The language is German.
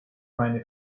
meine